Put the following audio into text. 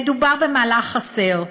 מדובר במהלך חסר.